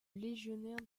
légionnaire